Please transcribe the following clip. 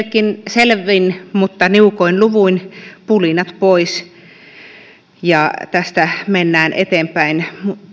selvin mutta niukoin luvuin pulinat pois ja tästä mennään eteenpäin